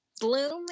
bloom